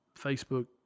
Facebook